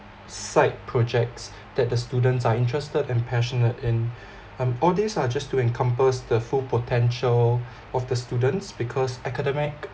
side projects that the students are interested and passionate in um all these are just to encompass the full potential of the students because academic